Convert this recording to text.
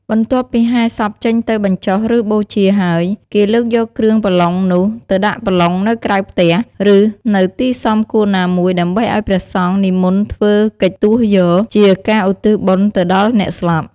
បន្ទាប់ពីហែសពចេញទៅបញ្ចុះ ឬបូជាហើយ គេលើកយកគ្រឿងបន្លុងនោះទៅដាក់ប្លុងនៅក្រៅផ្ទះ ឬនៅទីសមគួរណាមួយ ដើម្បីឱ្យព្រះសង្ឃនិមន្តមកធ្វើកិច្ចទស់យក ជាការឧទ្ទិសបុណ្យទៅដល់អ្នកស្លាប់។